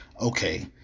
Okay